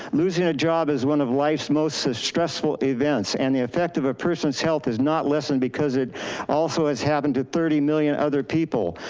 losing a job is one of life's most stressful events and effect of a person's health is not less than because it also has happened to thirty million other people.